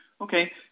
Okay